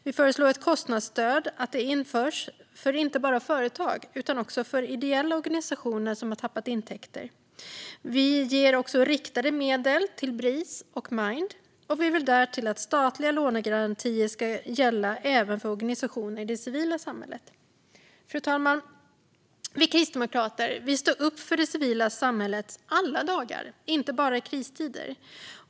Vi föreslår att ett kostnadsstöd införs inte för bara företag utan också för ideella organisationer som har tappat intäkter. Vi ger riktade medel till Bris och Mind, och vi vill därtill att statliga lånegarantier ska gälla även för organisationer i det civila samhället. Fru talman! Vi kristdemokrater står upp för det civila samhället alla dagar - inte bara i kristider.